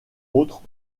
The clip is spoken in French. autres